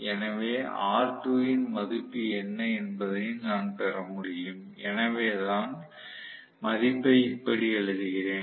எனவே R2 இன் மதிப்பு என்ன என்பதை நான் பெற முடியும் எனவேதான் மதிப்பை இப்படி எழுதுகிறேன்